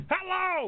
Hello